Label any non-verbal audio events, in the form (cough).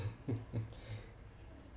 (laughs)